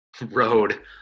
road